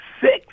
six